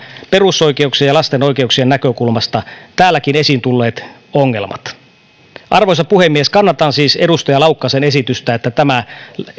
perusoikeuksien ja lasten oikeuksien näkökulmasta täälläkin esiin tulleet ongelmat arvoisa puhemies kannatan siis edustaja laukkasen esitystä että tämä